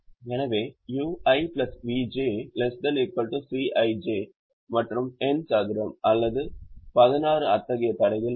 எனவே ui vj ≤ Cij மற்றும் n சதுரம் அல்லது பதினாறு அத்தகைய தடைகள் உள்ளன